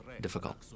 difficult